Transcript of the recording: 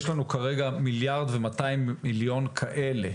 יש לנו כרגע מיליארד ומאתיים מיליון כאלה,